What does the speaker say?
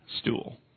stool